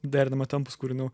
derinama tempas kūrinių